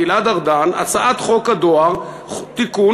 גלעד ארדן הצעת חוק הדואר (תיקון,